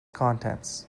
contents